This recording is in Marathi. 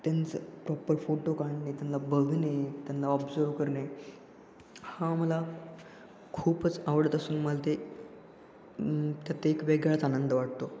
त्यांचं प्रॉपर फोटो काढणे त्यांना बघणे त्यांना ऑब्झर्व्ह करणे हा मला खूपच आवडत असून मला ते त्यात एक वेगळाच आनंद वाटतो